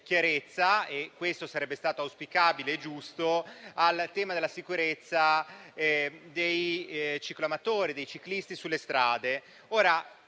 chiarezza - come sarebbe stato auspicabile e giusto - al tema della sicurezza dei cicloamatori e dei ciclisti sulle strade.